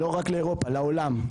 לא רק לאירופה, לעולם.